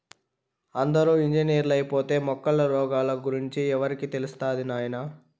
అందరూ ఇంజనీర్లైపోతే మొక్కల రోగాల గురించి ఎవరికి తెలుస్తది నాయనా